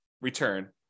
return